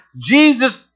Jesus